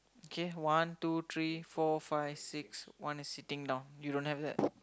okay one two three four five six one is sitting down you don't have that